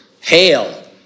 hail